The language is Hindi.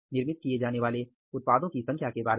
निर्मित किए जाने वाले उत्पादों की संख्या के बारे में